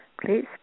Please